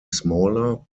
smaller